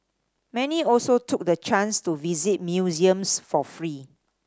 many also took the chance to visit museums for free